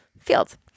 fields